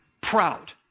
proud